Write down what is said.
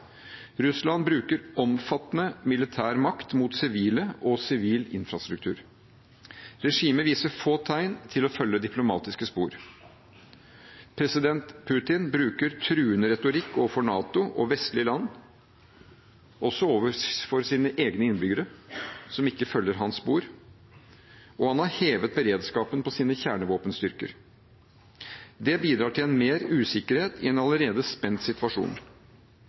Russland bruker omfattende militær makt mot sivile og sivil infrastruktur. Regimet viser få tegn til å følge diplomatiske spor. President Putin bruker truende retorikk overfor NATO og vestlige land, også overfor sine egne innbyggere som ikke følger hans spor, og han har hevet beredskapen på sine kjernevåpenstyrker. Det bidrar til mer usikkerhet i en allerede spent situasjon.